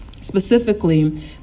Specifically